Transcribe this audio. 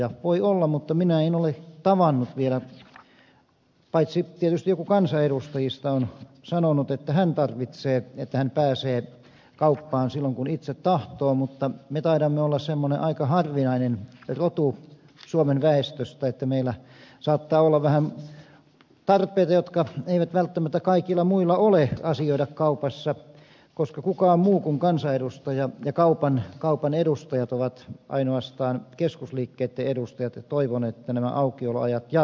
heitä voi olla mutta minä en ole ketään vielä tavannut paitsi että tietysti joku kansanedustajista on sanonut että hän tarvitsee että hän pääsee kauppaan silloin kun itse tahtoo mutta me taidamme olla semmoinen aika harvinainen rotu suomen väestössä meillä saattaa olla vähän tarpeita joita ei välttämättä kaikilla muilla ole asioida kaupassa koska eivät ketkään muut kuin kansanedustaja ja kaupan edustajat keskusliikkeitten edustajat ole toivoneet että nämä aukioloajat jatkuvat